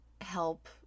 help